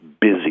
busy